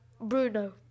Bruno